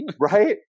Right